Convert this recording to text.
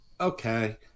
okay